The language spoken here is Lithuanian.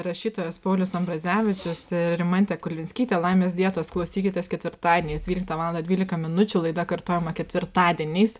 rašytojas paulius ambrazevičius ir rimantė kulvinskytė laimės dietos klausykitės ketvirtadieniais dvyliktą valandą dvylika minučių laida kartojama ketvirtadieniais